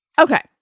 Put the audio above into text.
Okay